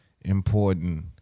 important